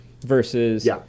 versus